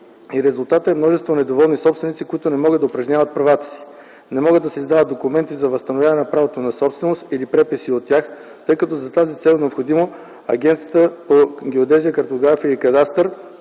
и резултатът е множество недоволни собственици, които не могат да упражняват правата си. Не могат да се издават документи за възстановяване правото на собственост или преписи от тях, тъй като за тази цел е необходимо Агенцията по геодезия, картография и кадастър